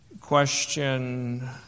question